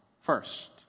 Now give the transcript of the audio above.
first